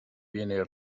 viene